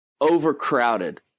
overcrowded